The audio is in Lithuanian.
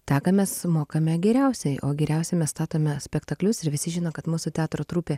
tą ką mes mokame geriausiai o geriausiai mes statome spektaklius ir visi žino kad mūsų teatro trupė